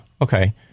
Okay